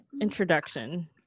introduction